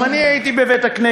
גם אני הייתי בבית-הכנסת.